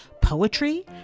poetry